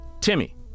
Timmy